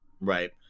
Right